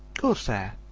corsair,